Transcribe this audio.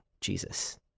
Jesus